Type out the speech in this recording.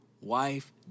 wife